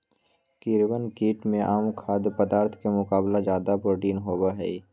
कीड़वन कीट में आम खाद्य पदार्थ के मुकाबला ज्यादा प्रोटीन होबा हई